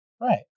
Right